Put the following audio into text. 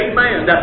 Amen